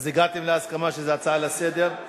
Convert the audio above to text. אז הגעתם להסכמה שזה הצעה לסדר-היום?